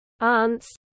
aunts